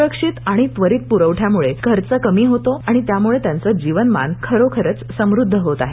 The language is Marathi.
सुरक्षित आणि त्वरित पुरवठयामुळे कमी खर्च कमी होतो त्यामुळे त्यांचे जीवनमान खरोखरच समुद्ध होत आहे